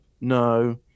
No